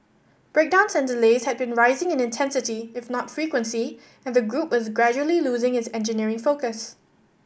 breakdowns and delays had been rising in intensity if not frequency and the group was gradually losing its engineering focus